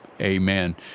amen